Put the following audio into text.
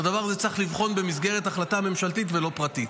את הדבר הזה צריך לבחון במסגרת החלטה ממשלתית ולא פרטית.